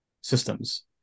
systems